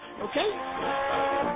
okay